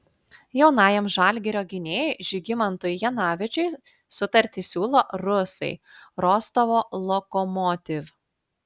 jaunajam žalgirio gynėjui žygimantui janavičiui sutartį siūlo rusai rostovo lokomotiv